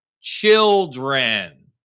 children